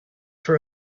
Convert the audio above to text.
for